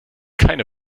keine